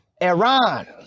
Iran